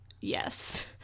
yes